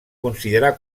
considerar